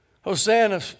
hosanna